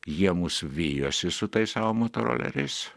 jie mus vijosi su tais savo motoroleriais